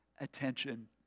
attention